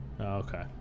Okay